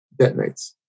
detonates